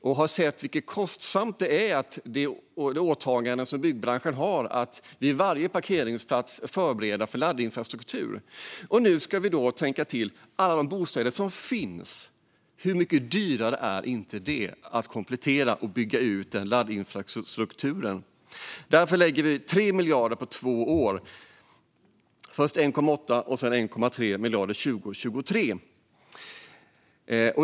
Jag har sett hur kostsamt det är med byggbranschens åtagande att vid varje parkeringsplats förbereda för laddinfrastruktur. Nu ska vi lägga till alla de bostäder som finns. Hur mycket dyrare är inte det att komplettera och bygga ut laddinfrastrukturen? Därför lägger vi 3 miljarder på två år, först 1,8 miljarder och sedan 1,3 miljarder 2023.